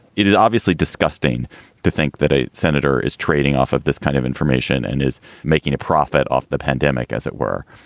it is obviously disgusting to think that a senator is trading off of this kind of information and is making a profit off the pandemic, as it were.